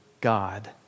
God